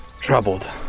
troubled